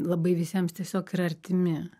labai visiems tiesiog yra artimi